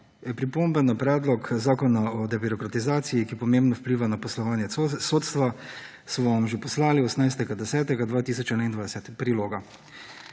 pripombe na Predlog zakona o debirokratizaciji, ki pomembno vpliva na poslovanje sodstva, smo vam že poslali 18. 10. 2021 (priloga).